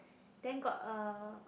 then got uh